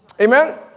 Amen